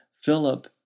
Philip